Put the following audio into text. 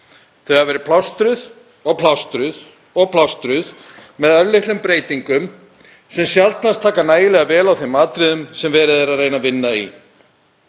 Þau hafa verið plástruð og plástruð með örlitlum breytingum sem sjaldnast taka nægilega vel á þeim atriðum sem verið er að reyna að vinna í.